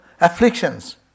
afflictions